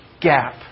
gap